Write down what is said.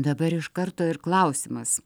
dabar iš karto ir klausimas